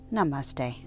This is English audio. Namaste